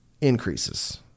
increases